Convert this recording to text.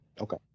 Okay